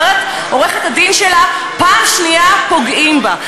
אומרת עורכת-הדין שלה: פעם שנייה פוגעים בה.